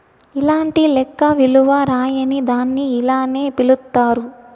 ఎలాంటి లెక్క విలువ రాయని దాన్ని ఇలానే పిలుత్తారు